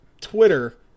Twitter